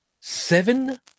seven